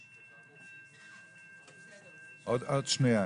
שבמסגרתו פעלו שתי חטיבות במרחב ג'נין,